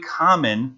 common